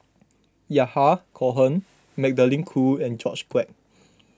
Yahya Cohen Magdalene Khoo and George Quek